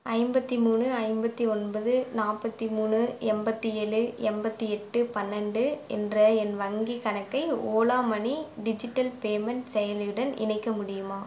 ஐம்பத்தி மூணு ஐம்பத்தி ஒன்பது நாற்பத்தி மூணு எண்பத்தி ஏழு எண்பத்தி எட்டு பன்னெரெண்டு என்ற என் வங்கிக் கணக்கை ஓலா மனி டிஜிட்டல் பேமெண்ட் செயலியுடன் இணைக்க முடியுமா